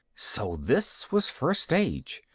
so this was first stage,